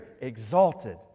exalted